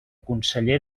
conseller